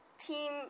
team